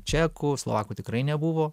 čekų slovakų tikrai nebuvo